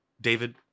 David